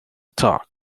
talk